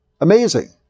Amazing